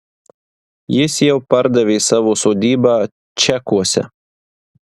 jis jau pardavė savo sodybą čekuose